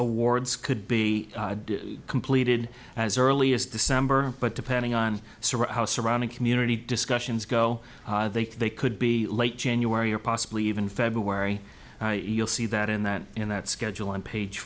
or wards could be completed as early as december but depending on how surrounding community discussions go they they could be late january or possibly even february you'll see that in that in that schedule on page